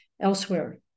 elsewhere